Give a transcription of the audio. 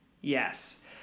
Yes